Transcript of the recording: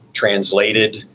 translated